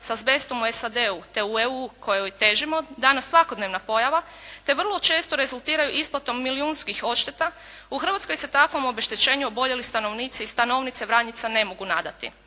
s azbestom u SAD-u te u EU kojoj težimo danas svakodnevna pojava te vrlo često rezultiraju isplatom milijunskih odšteta u Hrvatskoj se takvom obeštećenju oboljeli stanovnici i stanovnice Vranjica ne mogu nadati.